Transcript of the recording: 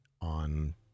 on